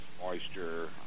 moisture